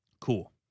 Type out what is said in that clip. Cool